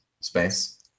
space